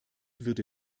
würde